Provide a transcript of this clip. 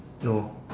no